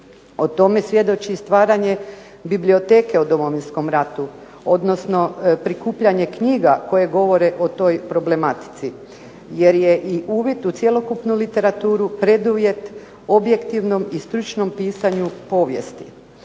O tome svjedoči stvaranje biblioteke o Domovinskom ratu, odnosno prikupljanje knjiga koje govore o toj problematici. Jer je i uvid u cjelokupnu literaturu preduvjet objektivnom i stručnom pisanju povijesti.